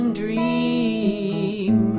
dream